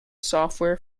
software